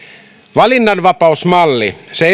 valinnanvapausmalli se